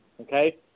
Okay